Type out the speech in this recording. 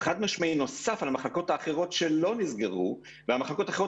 חד משמעי נוסף על המחלקות האחרות שלא נסגרו והמחלקות האחרות